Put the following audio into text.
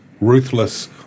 ruthless